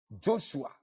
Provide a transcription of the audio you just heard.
joshua